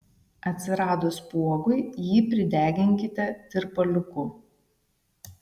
atsiradus spuogui jį prideginkite tirpaliuku